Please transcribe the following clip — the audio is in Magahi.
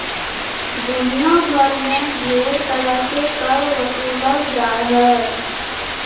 दुनिया भर मे ढेर तरह के कर बसूलल जा हय